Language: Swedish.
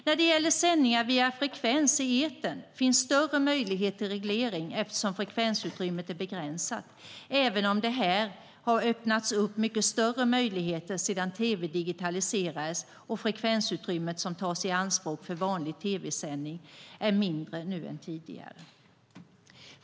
När det gäller sändning via frekvens i etern finns större möjlighet till reglering eftersom frekvensutrymmet är begränsat, även om det även här har öppnats upp mycket större möjligheter sedan tv digitaliserades och frekvensutrymmet som tas i anspråk för vanlig tv-sändning är mindre nu än tidigare.